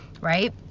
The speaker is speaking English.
right